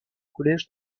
collège